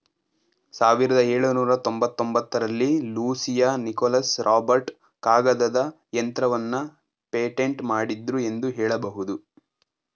ಸಾವಿರದ ಎಳುನೂರ ತೊಂಬತ್ತಒಂಬತ್ತ ರಲ್ಲಿ ಲೂಸಿಯಾ ನಿಕೋಲಸ್ ರಾಬರ್ಟ್ ಕಾಗದದ ಯಂತ್ರವನ್ನ ಪೇಟೆಂಟ್ ಮಾಡಿದ್ರು ಎಂದು ಹೇಳಬಹುದು